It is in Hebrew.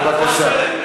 בבקשה.